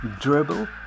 Dribble